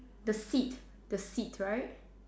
the sit the sit right